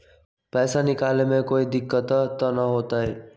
पैसा निकाले में कोई दिक्कत त न होतई?